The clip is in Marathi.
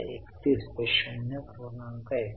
31 ते 0